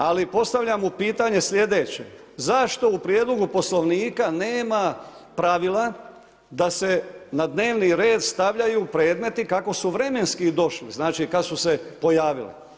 Ali postavljam mu pitanje sljedeće, zašto u Prijedlogu Poslovnika nema pravila da se na dnevni red stavljaju predmeti kako su vremenski došli, znači kada su se pojavili?